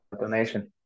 donation